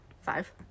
five